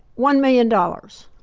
one million dollars